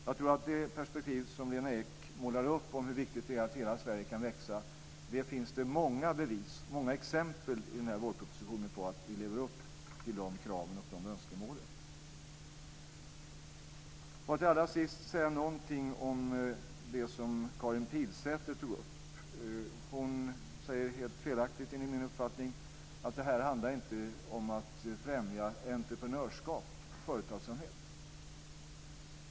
När det gäller det perspektiv som Lena Ek målar upp om hur viktigt det är att hela Sverige kan växa så finns det många bevis för och exempel på i vårpropositionen att vi lever upp till dessa krav och önskemål. Låt mig allra sist säga någonting om det som Karin Pilsäter tog upp. Hon säger, helt felaktigt enligt min uppfattning, att detta inte handlar om att främja entreprenörskap och företagsamhet.